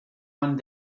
one